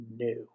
new